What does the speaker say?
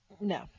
No